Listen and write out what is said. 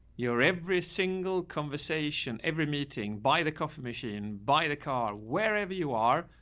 your every single conversation, every meeting by the coffee machine, by the car, wherever you are.